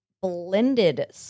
blended